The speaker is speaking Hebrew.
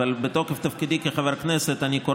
אבל בתוקף תפקידי כחבר כנסת אני קורא